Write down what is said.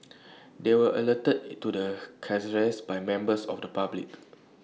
they were alerted to the carcasses by members of the public